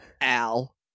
Al